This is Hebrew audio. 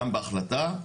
גם בהחלטה.